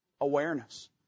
Awareness